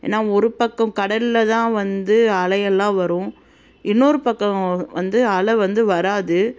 ஏன்னால் ஒரு பக்கம் கடலில் தான் வந்து அலையெல்லாம் வரும் இன்னொரு பக்கம் வந்து அலை வந்து வராது